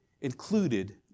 included